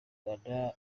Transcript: rwanda